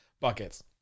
buckets